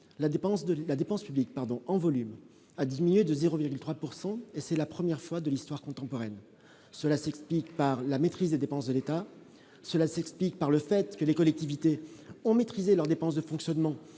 la dépense publique, pardon en volume a diminué de 0,3 pourcent et c'est la première fois de l'histoire contemporaine, cela s'explique par la maîtrise des dépenses de l'État, cela s'explique par le fait que les collectivités ont maîtrisé leurs dépenses de fonctionnement